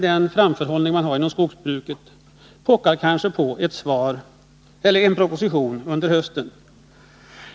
Den framförhållning man har inom skogsbruket pockar kanske på en proposition under hösten.